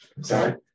Sorry